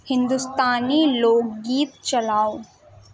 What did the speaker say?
ہندوستانی لوک گیت چلاؤ